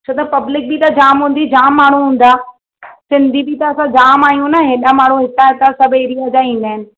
छो त पब्लिक बि त जाम हूंदी जाम माण्हू हूंदा सिंधी बि त असां जाम आहियूं न हेॾा माण्हू हितां हुतां सभु एरिया जा ईंदा आहिनि